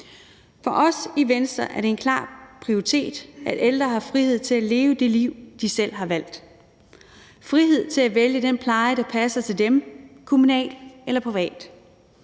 For os i Venstre er det en klar prioritet, at ældre har frihed til at leve det liv, de selv har valgt; frihed til at vælge den pleje, der passer til dem, kommunal eller privat;